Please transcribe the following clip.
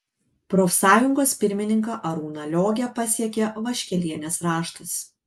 profsąjungos pirmininką arūną liogę pasiekė vaškelienės raštas